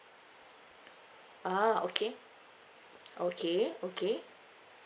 ah okay okay okay